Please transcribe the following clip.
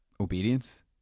obedience